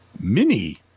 mini